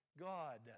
God